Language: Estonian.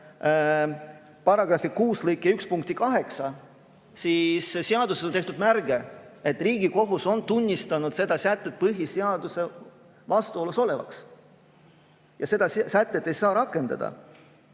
Ja seda sätet ei saa rakendada,